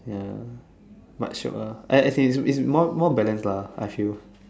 ya much shiok ah as as in is more more balanced lah I feel